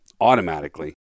automatically